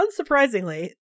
unsurprisingly